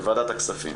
בוועדת הכספים,